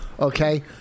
Okay